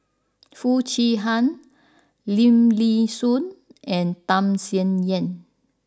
Foo Chee Han Lim Nee Soon and Tham Sien Yen